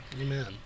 Amen